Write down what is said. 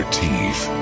teeth